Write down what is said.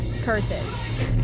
curses